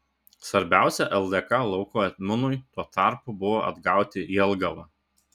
svarbiausia ldk lauko etmonui tuo tarpu buvo atgauti jelgavą